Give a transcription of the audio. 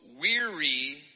weary